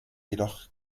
jedoch